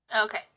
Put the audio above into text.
Okay